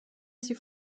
sie